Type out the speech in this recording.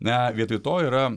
na vietoj to yra